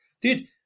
Dude